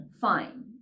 fine